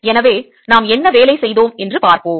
எனவே நாம் என்ன வேலை செய்தோம் என்று பார்ப்போம்